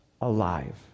alive